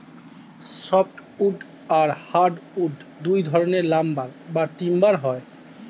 soft wood আর hardwood দুই ধরনের লাম্বার বা টিম্বার হয়